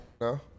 no